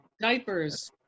diapers